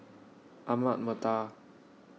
Ahmad Mattar